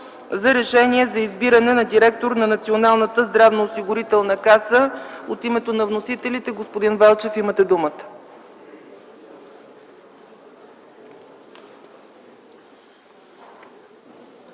за решение за избиране на директор на Националната здравноосигурителна каса. От името на вносителите думата има